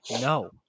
No